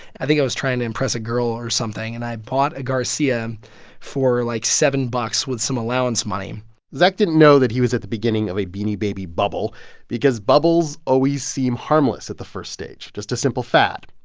i think i was trying to impress a girl or something. and i bought a garcia for, like, seven bucks with some allowance money zac didn't know that he was at the beginning of a beanie baby bubble because bubbles always seem harmless at the first stage just a simple fad.